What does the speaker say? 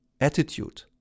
attitude